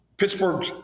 Pittsburgh